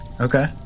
Okay